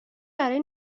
برای